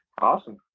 Awesome